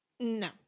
No